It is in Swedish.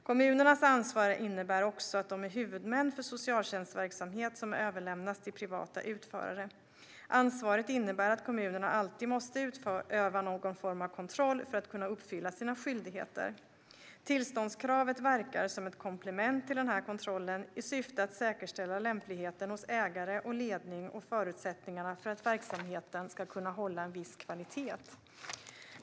Kommunernas ansvar innebär också att de är huvudmän för socialtjänstverksamhet som överlämnas till privata utförare. Ansvaret innebär att kommunerna alltid måste utöva någon form av kontroll för att kunna uppfylla sina skyldigheter. Tillståndskravet verkar som ett komplement till den här kontrollen i syfte att säkerställa lämpligheten hos ägare och ledning och förutsättningarna för att verksamheten ska kunna hålla en viss kvalitet.